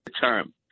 term